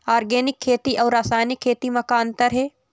Organic खेती अउ रासायनिक खेती म का अंतर हे?